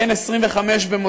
בן 25 במותו.